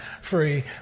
Free